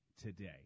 today